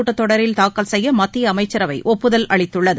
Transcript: கூட்டத்தொடரில் தாக்கல் செய்ய மத்திய அமைச்சரவை ஒப்புதல் அளித்துள்ளது